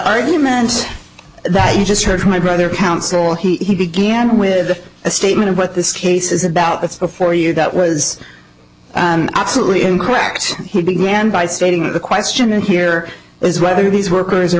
argument that you just heard from my brother counsel he began with a statement of what this case is about it's a for you that was absolutely incorrect he began by stating that the question here is whether these workers or